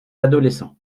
adolescents